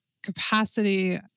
capacity